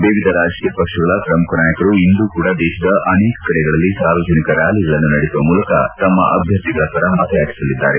ವಿವಿಧ ರಾಜಕೀಯ ಪಕ್ಷಗಳ ಪ್ರಮುಖ ನಾಯಕರು ಇಂದೂ ಕೂಡ ದೇಶದ ಅನೇಕ ಕಡೆಗಳಲ್ಲಿ ಸಾರ್ವಜನಿಕ ರ್ನಾಲಿಗಳನ್ನು ನಡೆಸುವ ಮೂಲಕ ತಮ್ಮ ಅಭ್ಲರ್ಥಿಗಳ ಪರ ಮತಯಾಚಿಸಲಿದ್ದಾರೆ